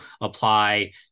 apply